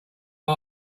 day